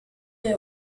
hit